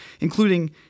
including